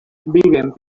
viven